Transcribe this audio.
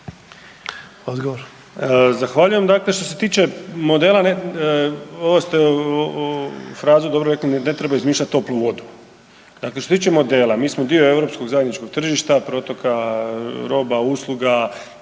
Zahvaljujem. Dakle, što se tiče modela ovu ste frazu dobro rekli ne treba izmišljati toplu vodu, dakle što se tiče modela mi smo dio europskog zajedničkog tržišta, protoka roba, usluga